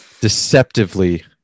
Deceptively